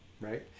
Right